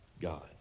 God